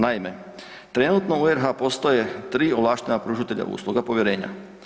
Naime trenutno u RH postoje 3 ovlaštena pružatelja usluga povjerenja.